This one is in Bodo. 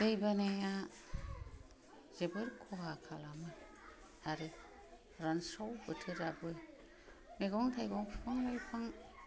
दै बानाया जोबोर खहा खालामो आरो रानस्राव बोथोराबो मैगं थाइगं बिफां लाइफां